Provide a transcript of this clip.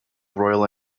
royal